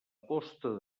posta